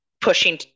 pushing